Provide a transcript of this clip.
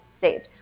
saved